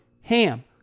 HAM